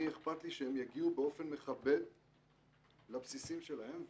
אכפת לי שהם יגיעו באופן מכבד לבסיסים שלהם והביתה.